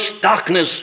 darkness